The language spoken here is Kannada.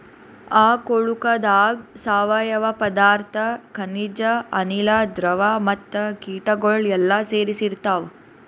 ಆ ಕೊಳುಕದಾಗ್ ಸಾವಯವ ಪದಾರ್ಥ, ಖನಿಜ, ಅನಿಲ, ದ್ರವ ಮತ್ತ ಕೀಟಗೊಳ್ ಎಲ್ಲಾ ಸೇರಿಸಿ ಇರ್ತಾವ್